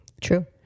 True